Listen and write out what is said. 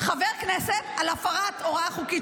חבר כנסת על הפרת הוראה חוקית,